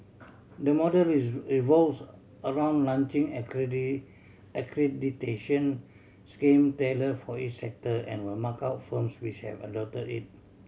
the model revolves around launching accreditation scheme tailor for each sector and will mark out firms which have adopt it